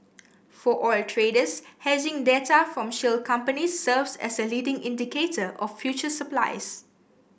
for oil traders hedging data from shale companies serves as a leading indicator of future supplies